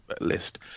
list